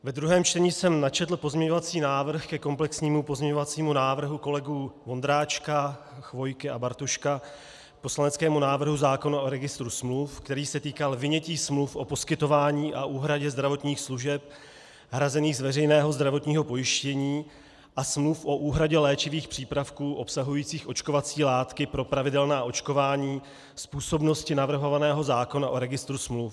Ve druhém čtení jsem načetl pozměňovací návrh ke komplexnímu pozměňovacímu návrhu kolegů Vondráčka, Chvojky a Bartoška k poslaneckému návrhu zákona o registru smluv, který se týkal vynětí smluv o poskytování a úhradě zdravotních služeb hrazených z veřejného zdravotního pojištění a smluv o úhradě léčivých přípravků obsahujících očkovací látky pro pravidelná očkování z působnosti navrhovaného zákona o registru smluv.